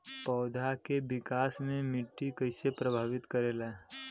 पौधा के विकास मे मिट्टी कइसे प्रभावित करेला?